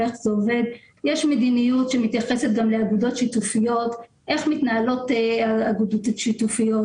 יש מדיניות שמתייחסת גם לאגודות שיתופיות ואיך מתנהלות אגודות שיתופיות,